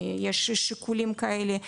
יש שיקולים כאלה,